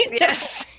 yes